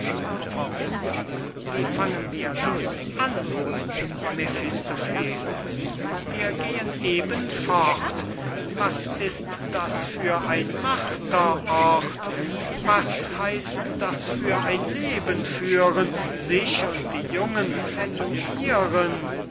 weide wie fangen wir das an mephistopheles wir gehen eben fort was ist das für ein marterort was heißt das für ein leben führen sich und die jungens